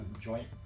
joint